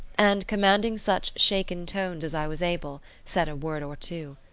and, commanding such shaken tones as i was able, said a word or two.